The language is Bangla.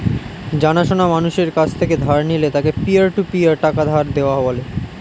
জানা সোনা মানুষের কাছ থেকে ধার নিলে তাকে পিয়ার টু পিয়ার টাকা ধার দেওয়া বলে